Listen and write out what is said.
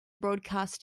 broadcast